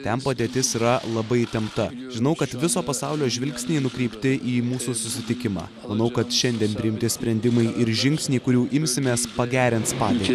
ten padėtis yra labai įtempta žinau kad viso pasaulio žvilgsniai nukreipti į mūsų susitikimą manau kad šiandien priimti sprendimai ir žingsniai kurių imsimės pagerins padėtį